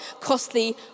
costly